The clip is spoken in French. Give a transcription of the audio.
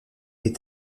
est